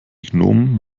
gnom